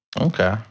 Okay